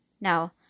Now